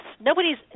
Nobody's